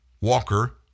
Walker